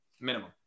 minimum